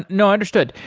no, i understood.